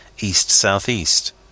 east-south-east